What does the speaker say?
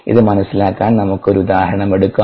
ഇത് മനസിലാക്കാൻ നമുക്ക് ഒരു ഉദാഹരണം എടുക്കാം